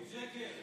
שקר.